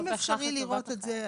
אם אפשר לראות את זה,